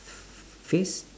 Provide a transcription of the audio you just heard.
p~ p~ p~ phrase